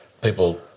people